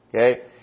Okay